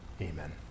amen